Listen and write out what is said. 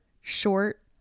short